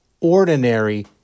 ordinary